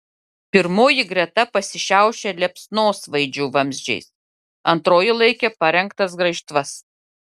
pirmoji greta pasišiaušė liepsnosvaidžių vamzdžiais antroji laikė parengtas graižtvas